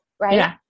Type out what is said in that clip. Right